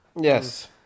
Yes